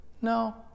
no